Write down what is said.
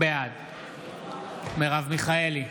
בעד מרב מיכאלי,